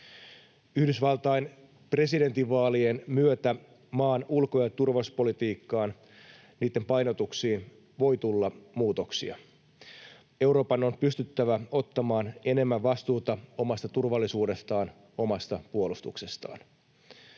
Yhdysvaltain presidentinvaalien myötä maan ulko- ja turvallisuuspolitiikan painotuksiin voi tulla muutoksia. Euroopan on pystyttävä ottamaan enemmän vastuuta omasta turvallisuudestaan ja puolustuksestaan.